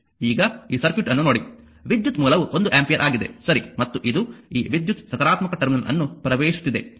ಈಗ ಈ ಸರ್ಕ್ಯೂಟ್ ಅನ್ನು ನೋಡಿ ವಿದ್ಯುತ್ ಮೂಲವು ಒಂದು ಆಂಪಿಯರ್ ಆಗಿದೆ ಸರಿ ಮತ್ತು ಇದು ಈ ವಿದ್ಯುತ್ ಸಕಾರಾತ್ಮಕ ಟರ್ಮಿನಲ್ ಅನ್ನು ಪ್ರವೇಶಿಸುತ್ತಿದೆ